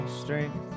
strength